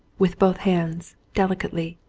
with both hands, delicately.